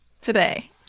today